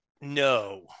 no